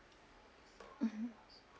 mmhmm